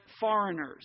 foreigners